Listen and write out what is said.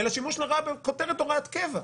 אלא שימוש לרעה בכותרת "הוראת קבע".